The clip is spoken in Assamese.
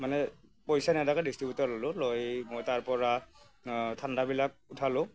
মানে পইচা নিদিয়াকৈ ডিষ্ট্ৰিবিউটৰ ললোঁ লৈ মই তাৰ পৰা ঠাণ্ডাবিলাক উঠালোঁ